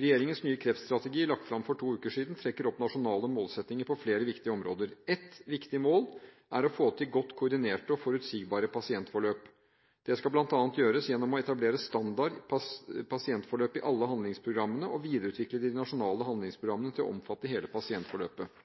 Regjeringens nye kreftstrategi, lagt fram for to uker siden, trekker opp nasjonale målsettinger på flere viktige områder. Et viktig mål er å få til godt koordinerte og forutsigbare pasientforløp. Det skal bl.a. gjøres gjennom å etablere standard pasientforløp i alle handlingsprogrammene og å videreutvikle de nasjonale handlingsprogrammene til å omfatte hele pasientforløpet.